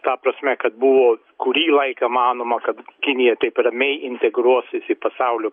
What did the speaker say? ta prasme kad buvo kurį laiką manoma kad kinija taip ramiai integruosis į pasaulio